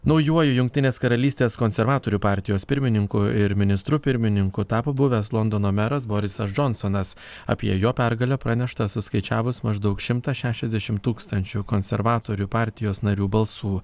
naujuoju jungtinės karalystės konservatorių partijos pirmininku ir ministru pirmininku tapo buvęs londono meras borisas džonsonas apie jo pergalę pranešta suskaičiavus maždaug šimtą šešiasdešim tūkstančių konservatorių partijos narių balsų